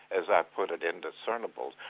as i put it, indiscernables,